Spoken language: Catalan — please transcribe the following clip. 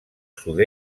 sud